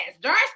dark